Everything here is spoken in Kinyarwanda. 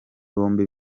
bombi